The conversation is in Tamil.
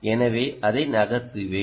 எனவே அதை நகர்த்துவேன்